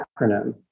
acronym